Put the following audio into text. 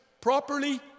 properly